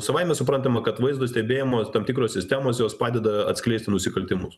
savaime suprantama kad vaizdo stebėjimo tam tikros sistemos jos padeda atskleisti nusikaltimus